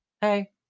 Hey